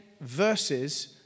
verses